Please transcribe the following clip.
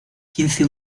quince